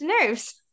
nerves